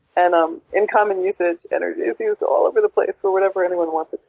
and um in common usage, energy is used all over the place for whatever anyone wants it